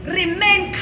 remain